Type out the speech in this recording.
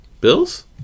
Bills